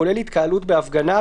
כולל התקהלות בהפגנה,